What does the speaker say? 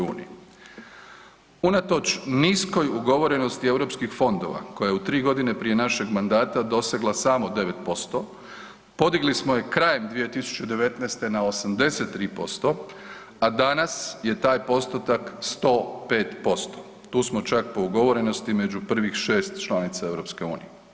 Unatoč niskoj ugovorenosti europskih fondova koja je u tri godine prije našeg mandata dosegla samo 9%, podigli smo je krajem 2019. na 83%, a danas je taj postotak 105%, tu smo čak po ugovorenosti među prvih 6 članica EU.